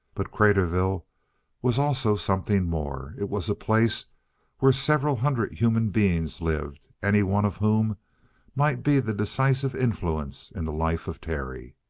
but craterville was also something more. it was a place where several hundred human beings lived, any one of whom might be the decisive influence in the life of terry.